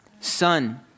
Son